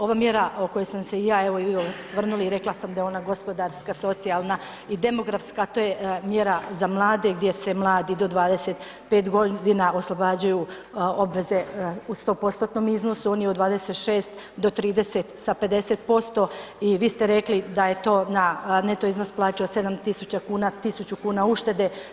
Ova mjera na koju sam se ja i vi osvrnuli rekla sam da je ona gospodarska, socijalna i demografska, to je mjera za mlade gdje se mladi do 25 godina oslobađaju obveze u 100%-tnom iznosu oni od 26 do 30 sa 50% i vi ste rekli da je to na neto iznos plaću od 7.000 kuna 1.000 kuna uštede.